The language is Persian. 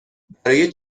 برای